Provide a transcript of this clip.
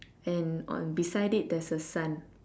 and on beside it there's a sun